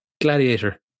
Gladiator